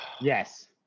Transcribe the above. yes